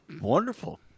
Wonderful